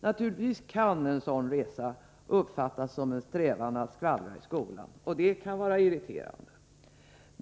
Naturligtvis kan en sådan resa uppfattas som en strävan att skvallra i skolan, och det kan vara irriterande.